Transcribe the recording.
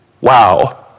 Wow